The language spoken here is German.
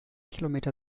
kilometer